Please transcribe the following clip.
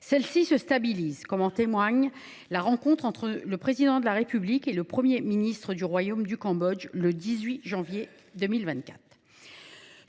Celles ci se stabilisent, comme en témoigne la rencontre entre le Président de la République et le Premier ministre du royaume du Cambodge, le 18 janvier 2024.